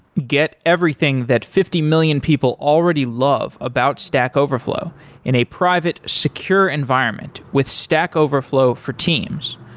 get everything that fifty million people already love about stack overflow in a private secure environment with stack overflow for teams.